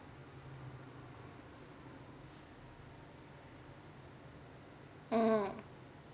orh